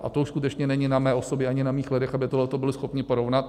A to už skutečně není na mé osobě ani na mých lidech, aby tohleto byli schopni porovnat.